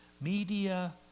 Media